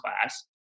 class